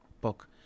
book